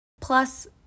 Plus